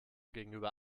gegenüber